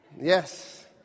Yes